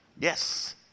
Yes